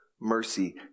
mercy